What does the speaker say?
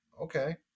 okay